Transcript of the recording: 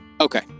Okay